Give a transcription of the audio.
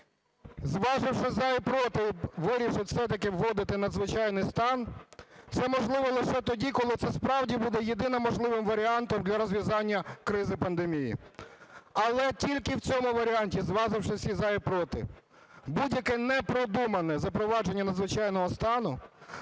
зваживши "за" і "проти", вирішить все-таки вводити надзвичайний стан, це можливо лише тоді, коли це справді буде єдино можливим варіантом для розв'язання кризи пандемії, але тільки в цьому варіанті, зваживши всі "за" і "проти". Будь-яке непродумане запровадження надзвичайного стану